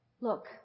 look